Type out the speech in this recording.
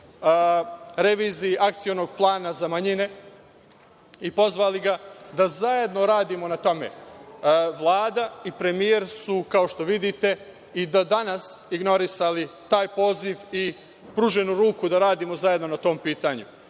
reviziji Akcionog plana za manjine, i pozvali ga da zajedno radimo na tome. Vlada i premijer su, kao što vidite, i do danas ignorisali taj poziv i pruženu ruku da radimo zajedno na tom pitanju. Od